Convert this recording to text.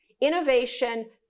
Innovation